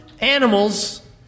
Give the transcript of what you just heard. animals